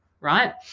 right